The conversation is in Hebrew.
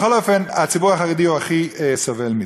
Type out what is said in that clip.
בכל אופן, הציבור החרדי הכי סובל מזה.